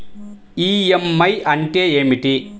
EMI అంటే ఏమిటి?